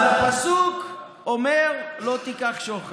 כל אחד, הפסוק אומר: "לא תקח שחד".